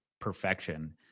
perfection